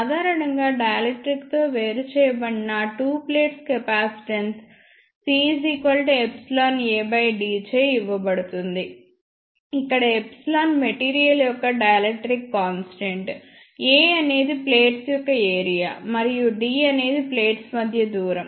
సాధారణంగా డైఎలెక్ట్రిక్ తో వేరు చేయబడిన two plates capacitance C ϵAd చే ఇవ్వబడుతుంది ఇక్కడ మెటీరియల్ యొక్క డైఎలెక్ట్రిక్ కాన్స్టెంట్ A అనేది ప్లేట్స్ యొక్క ఏరియా మరియు d అనేది ప్లేట్స్ మధ్య దూరం